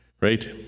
right